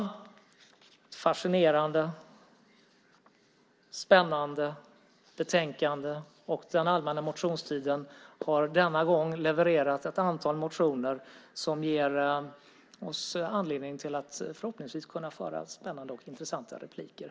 Det är ett fascinerande och spännande betänkande, och den allmänna motionstiden har denna gång levererat ett antal motioner som ger oss anledning att förhoppningsvis kunna komma med spännande och intressanta repliker.